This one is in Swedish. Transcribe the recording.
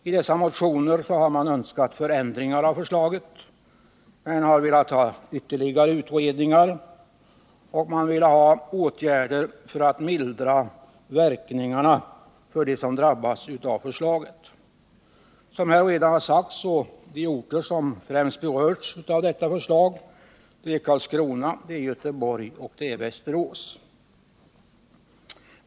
I dessa motioner har man önskat förändringar av förslaget, ytterligare utredningar och åtgärder för att mildra verkningarna för dem som drabbas av förslaget. De orter som främst berörs är, som redan har sagts, Karlskrona, Göteborg och Västerås.